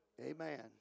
Amen